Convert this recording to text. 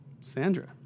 Sandra